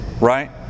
Right